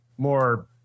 More